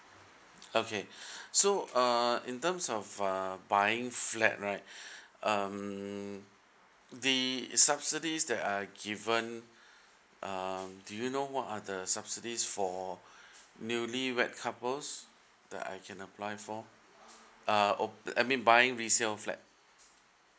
okay so uh in terms of uh buying flat right um the subsidies that are given um do you know what are the subsidies for newly reg couples that I can apply for uh o~ I meant buying resale flat